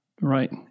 right